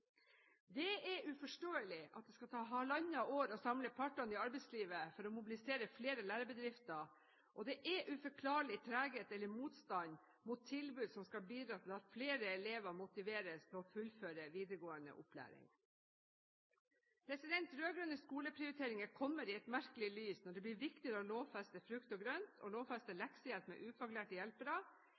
Det er uforståelig at det skal ta halvannet år å samle partene i arbeidslivet for å mobilisere flere lærebedrifter, og det er uforklarlig treghet eller motstand mot tilbud som skal bidra til at flere elever motiveres til å fullføre videregående opplæring. Rød-grønne skoleprioriteringer kommer i et merkelig lys når det blir viktigere å lovfeste frukt og grønt og lovfeste leksehjelp med ufaglærte hjelpere,